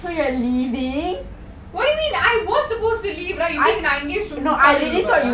what you mean I was supposed to leave right you think நான் இங்கேயே உக்காந்துட்டு இருக்கபோறானா:naan ingayae ukanthutu irukaporana